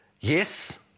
yes